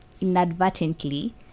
inadvertently